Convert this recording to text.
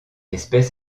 espèce